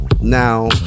now